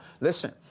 listen